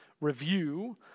review